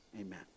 Amen